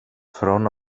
från